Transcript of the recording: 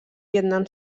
vietnam